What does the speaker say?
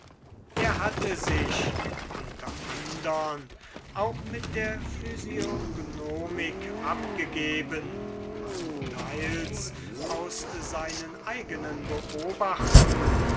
demokritus hatte sich unter andern auch mit der physiognomie abgegeben und teils aus seinen eigenen beobachtungen